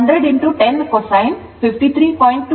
ಆದ್ದರಿಂದ 100 10 cosine 53